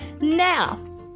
Now